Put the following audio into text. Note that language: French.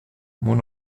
mon